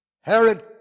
Herod